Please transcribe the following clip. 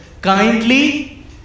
kindly